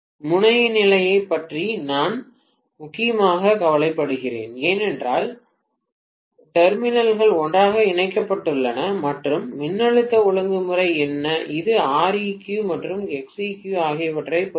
முனைய நிலையைப் பற்றி நான் முக்கியமாக கவலைப்படுகிறேன் ஏனென்றால் டெர்மினல்கள் ஒன்றாக இணைக்கப்பட்டுள்ளன மற்றும் மின்னழுத்த ஒழுங்குமுறை என்ன இது Req மற்றும் Xeq ஆகியவற்றைப் பொறுத்தது